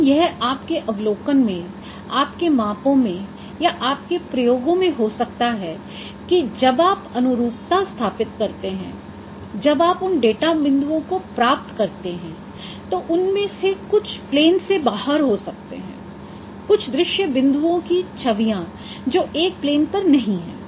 लेकिन यह आपके अवलोकन में आपके मापों में या आपके प्रयोगों में हो सकता है कि जब आप अनुरूपता स्थापित करते हैं जब आप उन डेटा बिंदुओं को प्राप्त करते हैं तो उनमें से कुछ प्लेन से बाहर हो सकते हैं कुछ दृश्य बिंदुओं की छवियां जो एक ही प्लेन पर नहीं हैं